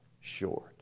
short